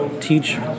teach